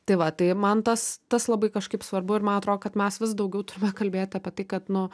tai va tai man tas tas labai kažkaip svarbu ir man atro kad mes vis daugiau turime kalbėti apie tai kad nu